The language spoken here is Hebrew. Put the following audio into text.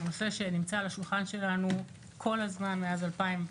הוא נושא שנמצא על השולחן שלנו מאז 2015,